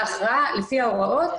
לפי ההוראות,